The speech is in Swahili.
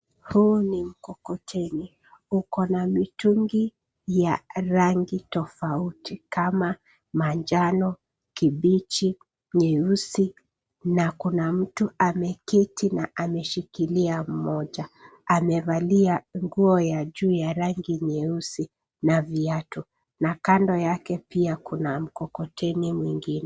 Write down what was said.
Huu ni mkokoteni, uko na mitungi ya rangi tofauti kama manjano, kibichi, nyeusi na kuna mtu ameketi na ameshikiia moja. Amevalia nguo ya juu ya rangi nyeusi na viatu na kando yake pia kuna mkokoteni mwingine.